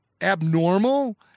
abnormal